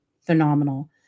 phenomenal